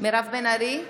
מירב בן ארי,